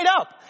up